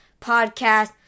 podcast